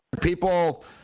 people